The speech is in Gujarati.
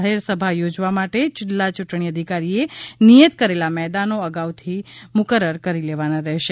જાહેર સભા યોજવા માટે જિલ્લા યૂંટણી અધિકારીએ નિયત કરેલા મેદાનો અગાઉથી મુકરર કરી લેવાના રહેશે